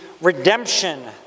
redemption